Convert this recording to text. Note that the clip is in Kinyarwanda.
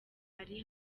ari